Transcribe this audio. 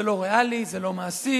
לכך,